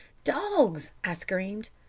dogs! i screamed,